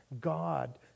God